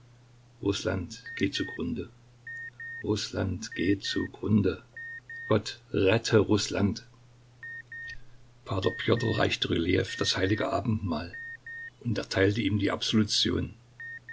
rußland geht zugrunde rußland geht zugrunde gott rette rußland p pjotr reichte rylejew das heilige abendmahl und erteilte ihm die absolution